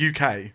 UK